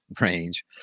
range